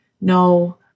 No